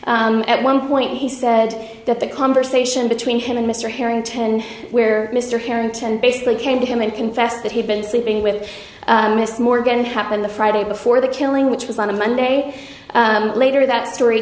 at one point he said that the conversation between him and mr harrington where mr harrington basically came to him and confessed that he had been sleeping with miss morgan happened the friday before the killing which was on a monday later that